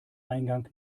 eingang